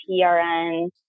PRN